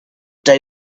they